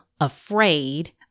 afraid